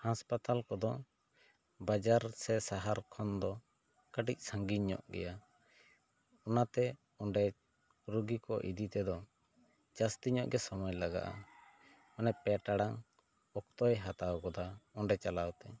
ᱦᱟᱥᱯᱟᱛᱟᱞ ᱠᱚᱫᱚ ᱵᱟᱡᱟᱨ ᱥᱮ ᱥᱟᱦᱟᱨ ᱠᱷᱚᱱ ᱫᱚ ᱠᱟᱹᱴᱤᱡ ᱥᱟ ᱜᱤᱧ ᱧᱚᱜ ᱜᱮᱭᱟ ᱚᱱᱟ ᱛᱮ ᱚᱸᱰᱮ ᱨᱳᱜᱤ ᱠᱚ ᱤᱫᱤ ᱛᱮᱫᱚ ᱡᱟᱹᱥᱛᱤ ᱧᱚᱜ ᱜᱮ ᱥᱚᱢᱚᱭ ᱞᱟᱜᱟᱜᱼᱟ ᱢᱟᱱᱮ ᱯᱮ ᱴᱟᱲᱟᱝ ᱚᱠᱛᱚᱭ ᱦᱟᱛᱟᱣ ᱜᱚᱫᱟ ᱚᱸᱰᱮ ᱪᱟᱞᱟᱣ ᱛᱮ